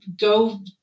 go